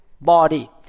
body